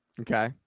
Okay